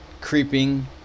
creeping